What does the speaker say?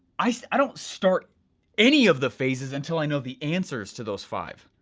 i so i don't start any of the phases until i know the answers to those five.